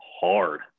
hard